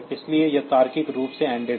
इसलिए यह तार्किक रूप से एंडेड है